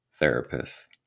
therapists